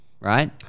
right